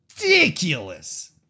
ridiculous